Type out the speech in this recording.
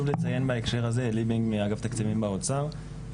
עלי בינג, מאגף התקציבים באוצר.